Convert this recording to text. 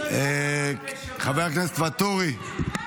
תשובה כל כך פתטית.